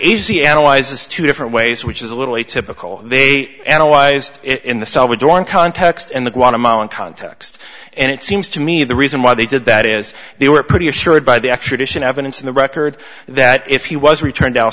easy analyzes two different ways which is a little a typical they analyzed in the salvadoran context in the guatemalan context and it seems to me the reason why they did that is they were pretty assured by the extradition evidence in the record that if he was returned el